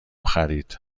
خرید